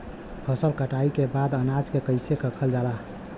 फसल कटाई के बाद अनाज के कईसे रखल जाला?